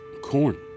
Corn